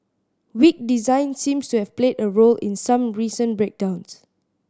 weak design seems to have played a role in some recent breakdowns